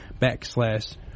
backslash